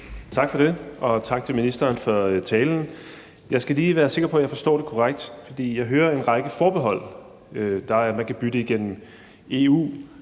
Tak for det. Og tak til ministeren for talen. Jeg skal lige være sikker på, at jeg forstår det korrekt, for jeg hører en række forbehold. Man kan bytte igennem EU,